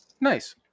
Nice